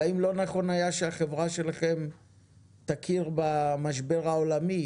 האם לא נכון היה שהחברה שלכם תכיר במשבר העולמי